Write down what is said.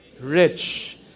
Rich